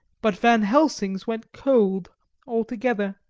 but van helsing's went cold altogether.